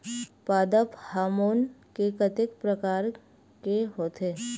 पादप हामोन के कतेक प्रकार के होथे?